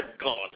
God